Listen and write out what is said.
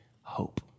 hope